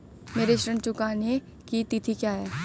मेरे ऋण चुकाने की तिथि क्या है?